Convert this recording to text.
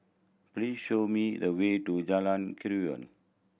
please show me the way to Jalan Keruing